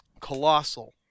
Colossal